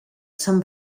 some